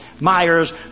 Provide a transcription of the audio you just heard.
Myers